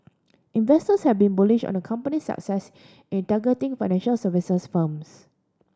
investors have been bullish on the company's success in targeting financial services firms